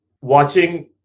watching